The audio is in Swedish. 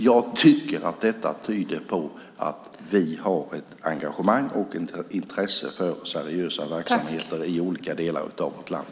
Jag tycker att det tyder på att vi har ett engagemang och intresse för seriösa verksamheter i olika delar av vårt land.